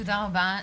תודה רבה.